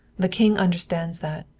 the king understands that.